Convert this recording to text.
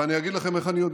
ואני אגיד לכם איך אני יודע.